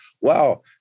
wow